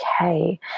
okay